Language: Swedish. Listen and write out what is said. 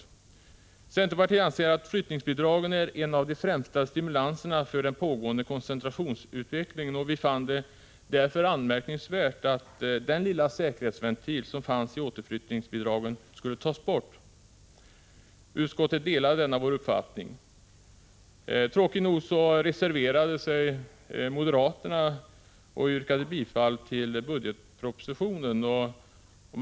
Vi i centerpartiet anser att flyttningsbidragen är en av de främsta stimulanserna för den pågående koncentrationsutvecklingen, och vi fann det därför anmärkningsvärt att den lilla säkerhetsventil som fanns i återflyttningsbidragen skulle tas bort. Utskottet delade denna vår uppfattning. Tråkigt nog reserverade sig moderaterna och yrkade bifall till budgetpropositionens förslag.